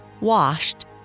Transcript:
washed